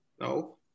No